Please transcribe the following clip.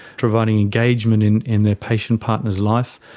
providing engagement in in their patient partners life.